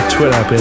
Twitter